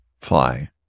Fly